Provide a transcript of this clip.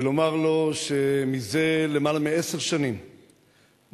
ולומר לו שמזה למעלה מעשר שנים נעשה,